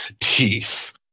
teeth